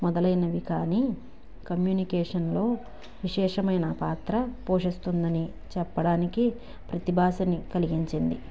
మొదలైనవి కానీ కమ్యూనికేషన్లో విశేషమైన పాత్ర పోషిస్తుందని చెప్పడానికి ప్రతిభాసని కలిగించింది